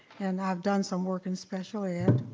and i've done some work in special ed,